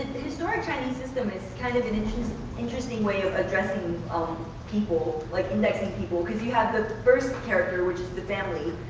historic chinese system is kind of and an interesting way of addressing um people, like indexing people, because you have the first character, which is the family,